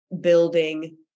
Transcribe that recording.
building